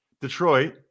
Detroit